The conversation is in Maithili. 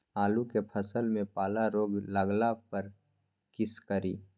आलू के फसल मे पाला रोग लागला पर कीशकरि?